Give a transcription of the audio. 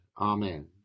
Amen